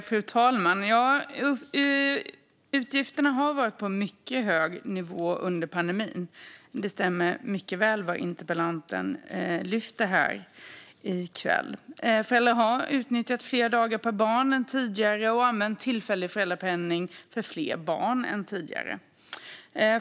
Fru talman! Utgifterna har varit på en mycket hög nivå under pandemin. Det stämmer mycket väl med vad interpellanten lyfter upp i kväll. Föräldrar har utnyttjat fler dagar per barn än tidigare och använt tillfällig föräldrapenning för fler barn än tidigare.